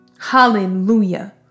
Hallelujah